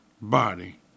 body